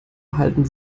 halten